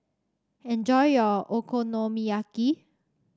enjoy your Okonomiyaki